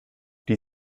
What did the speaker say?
die